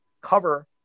cover